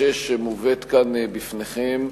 26), שמובאת כאן בפניכם,